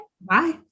bye